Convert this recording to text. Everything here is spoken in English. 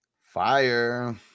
Fire